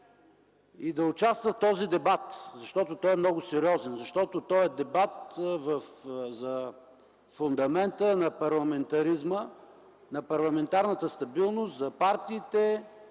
и да участват в този дебат, защото той е много сериозен, защото той е дебат за фундамента на парламентаризма, на парламентарната стабилност, за партиите,